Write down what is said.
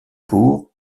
pour